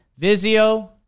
Vizio